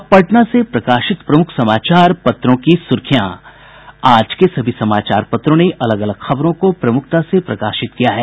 अब पटना से प्रकाशित प्रमुख समाचार पत्रों की सुर्खियां आज के सभी समाचार पत्रों ने अलग अलग खबरों को प्रमुखता से प्रकाशित किया है